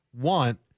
want